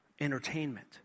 entertainment